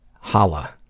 Hala